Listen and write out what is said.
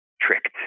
tricked